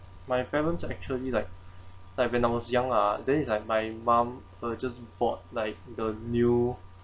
my parents are actually like like when I was young lah then it's like my mom uh just bought like the new